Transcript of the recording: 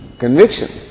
conviction